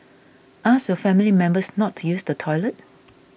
ask your family members not to use the toilet